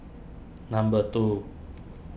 number two